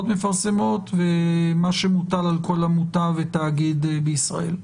מפרסמות ומה שמוטל על כל עמותה ותאגיד בישראל.